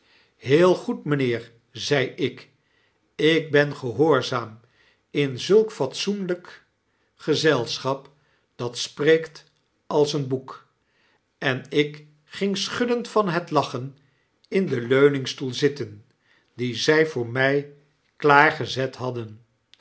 heel goed mynheer zei ik ik ben gehoorzaam in zulk fatsoenlyk gezelschap dat spreekt als een boek en ik ging schuddend van het jachen in den leuningstoei zitten dien zij voor my klaargezet hadden